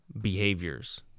behaviors